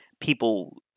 people